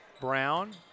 Brown